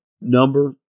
number